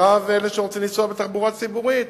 רוב אלה שרוצים לנסוע בתחבורה הציבורית.